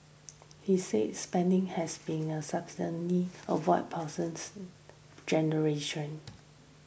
he said spending has be sustainable avoid passing generations